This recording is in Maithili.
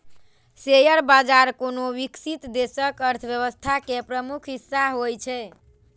शेयर बाजार कोनो विकसित देशक अर्थव्यवस्था के प्रमुख हिस्सा होइ छै